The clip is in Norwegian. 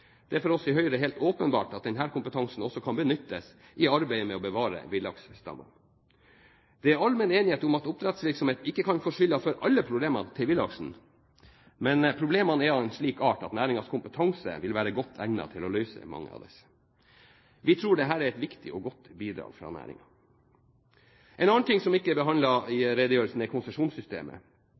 Det er for oss i Høyre helt åpenbart at denne kompetansen også kan benyttes i arbeidet med å bevare villaksstammene. Det er allmenn enighet om at oppdrettsvirksomhet ikke kan få skylden for alle problemene til villaksen, men problemene er av en slik art at næringens kompetanse vil være godt egnet til å løse mange av disse. Vi tror dette er et viktig og godt bidrag fra næringen. En annen ting som ikke er behandlet i redegjørelsen, er konsesjonssystemet.